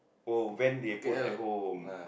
oh van they put at home